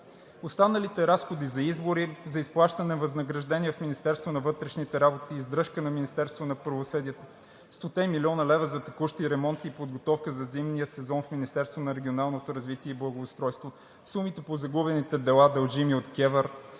Останалите разходи за избори, за изплащане на възнаграждения в Министерството на вътрешните работи, издръжка на Министерството на правосъдието, 100-те млн. лв. за текущи ремонти и подготовка за зимния сезон в Министерството на регионалното развитие и благоустройството, сумите по загубените дела, дължими от КЕВР,